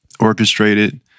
orchestrated